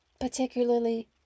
particularly